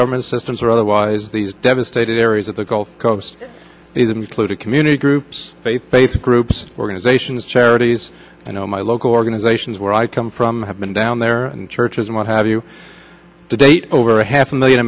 government systems or otherwise these devastated areas of the gulf coast these included community groups faith based groups organizations charities you know my local organizations where i've come from have been down there in churches and what have you to date over half a million